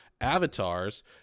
avatars